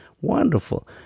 Wonderful